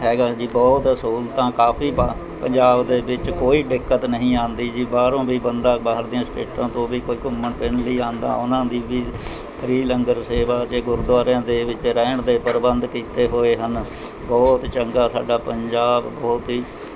ਹੈਗਾ ਜੀ ਬਹੁਤ ਸਹੂਲਤਾਂ ਕਾਫੀ ਪ ਪੰਜਾਬ ਦੇ ਵਿੱਚ ਕੋਈ ਦਿੱਕਤ ਨਹੀਂ ਆਉਂਦੀ ਜੀ ਬਾਹਰੋਂ ਵੀ ਬੰਦਾ ਬਾਹਰ ਦੀਆਂ ਸਟੇਟਾਂ ਤੋਂ ਵੀ ਕੋਈ ਘੁੰਮਣ ਫਿਰਨ ਵੀ ਆਉਂਦਾ ਉਹਨਾਂ ਦੀ ਵੀ ਫਰੀ ਲੰਗਰ ਸੇਵਾ ਅਤੇ ਗੁਰਦੁਆਰਿਆਂ ਦੇ ਵਿੱਚ ਰਹਿਣ ਦੇ ਪ੍ਰਬੰਧ ਕੀਤੇ ਹੋਏ ਹਨ ਬਹੁਤ ਚੰਗਾ ਸਾਡਾ ਪੰਜਾਬ ਬਹੁਤ ਹੀ